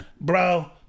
Bro